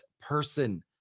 person